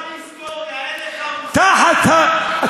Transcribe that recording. לך תלמד היסטוריה, אין לך מושג.